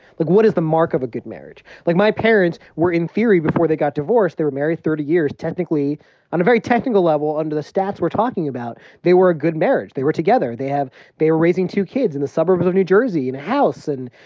like, what is the mark of a good marriage? like, my parents were, in theory, before they got divorced they were married thirty years. technically on a very technical level, under the stats we're talking about, they were a good marriage. they were together. they had they were raising two kids in the suburbs of new jersey in a house. and,